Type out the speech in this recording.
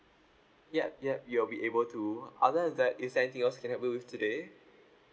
yup yup you'll be able to other than that is there anything else I can help you with today